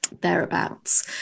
thereabouts